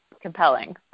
compelling